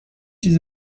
چیز